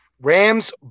Rams